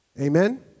Amen